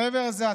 מעבר לזה,